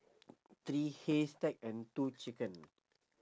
three haystack and two chicken